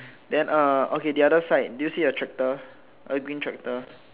then uh okay the other side do you see a tractor a green tractor